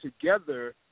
together